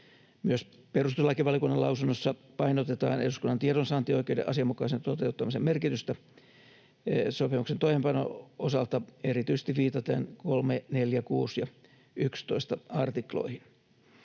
Myös perustuslakivaliokunnan lausunnossa painotetaan eduskunnan tiedonsaantioikeuden asianmukaisen toteuttamisen merkitystä sopimuksen toimeenpanon osalta erityisesti viitaten 3, 4, 6 ja 11 artikloihin.